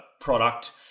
product